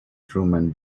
truman